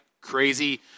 Crazy